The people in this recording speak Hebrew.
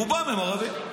רובם ערבים.